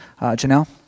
Janelle